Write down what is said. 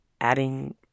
adding